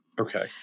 Okay